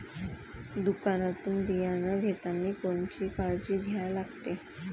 दुकानातून बियानं घेतानी कोनची काळजी घ्या लागते?